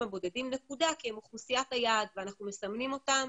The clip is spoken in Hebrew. הבודדים כי הם אוכלוסיית היעד ואנחנו מסמנים אותם,